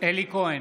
אלי כהן,